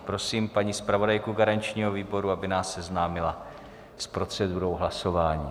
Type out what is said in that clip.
Prosím paní zpravodajku garančního výboru, aby nás seznámila s procedurou hlasování.